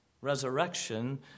resurrection